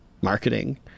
marketing